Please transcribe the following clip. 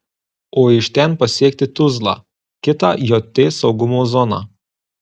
o iš ten pasiekti tuzlą kitą jt saugumo zoną